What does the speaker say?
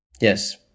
Yes